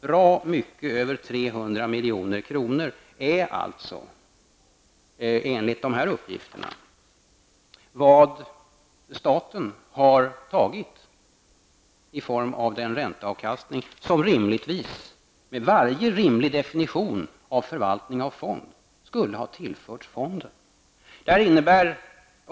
Bra mycket över 300 milj.kr. har alltså, enligt nämnda uppgifter, staten tagit i form av den ränteavkastning som med varje rimlig definition av ''förvaltning av fond'' egentligen skulle ha tillförts fonden.